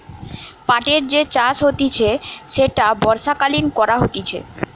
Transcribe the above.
পাটের যে চাষ হতিছে সেটা বর্ষাকালীন করা হতিছে